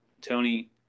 Tony